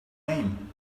name